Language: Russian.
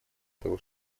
того